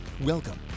Welcome